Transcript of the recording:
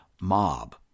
mob